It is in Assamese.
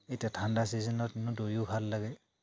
এতিয়া ঠাণ্ডা ছিজনত এনে দৌৰিও ভাল লাগে